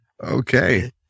Okay